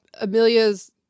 Amelia's